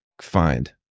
find